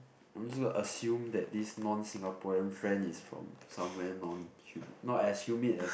I'm just gonna assume that this non Singaporean friend is from someone non humid not as humid as